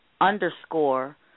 underscore